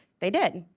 they did.